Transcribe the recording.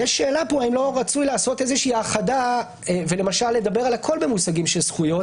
השאלה אם לא רצוי לעשות האחדה ולדבר על הכול במושגים של זכויות